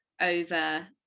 over